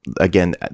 again